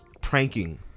pranking